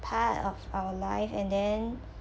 part of our life and then